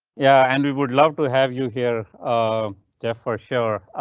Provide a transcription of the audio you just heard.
yeah, and we would love to have you here. ah jeff, for sure.